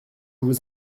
vous